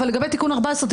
אבל לגבי תיקון 14,